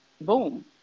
boom